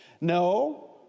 No